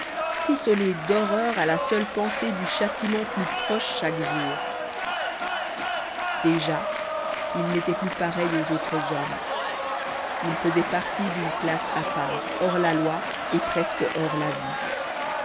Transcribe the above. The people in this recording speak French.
frissonné d'horreur à la seule pensée du châtiment plus proche chaque jour déjà il n'était plus pareil aux autres hommes il faisait partie d'une classe à part hors la loi et presque hors la vie